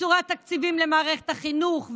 בצורת תקציבים למערכת החינוך,